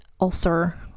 ulcer